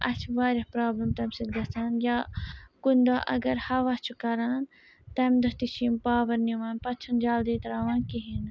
اَسہِ چھِ واریاہ پرٛابلِم تَمہِ سۭتۍ گَژھان یا کُنہِ دۄہ اَگر ہوا چھُ کَران تَمہِ دۄہ تہِ چھِ یِم پاوَر نِوان پَتہٕ چھِنہٕ جلدی ترٛاوان کِہیٖنۍ نہٕ